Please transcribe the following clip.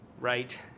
right